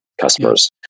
Customers